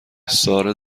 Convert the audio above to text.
ساره